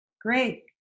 great